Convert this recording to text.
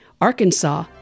Arkansas